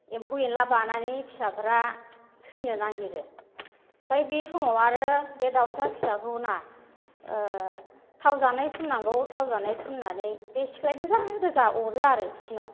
एमफौ एन्ला बानानै फिसाफोरा थैनो नागिरो ओमफ्राय बे समाव आरो बे दाउसा फिसाखौना थाव जानाय फुननांगौ थाव जानाय फुननानै बे सिख्लाइ गोजा गोजा अरो आरो बिसोरनाव